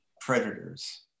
predators